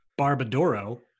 barbadoro